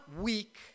weak